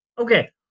Okay